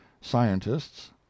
scientists